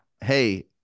Hey